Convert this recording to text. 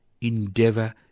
endeavour